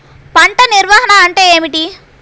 పంట నిర్వాహణ అంటే ఏమిటి?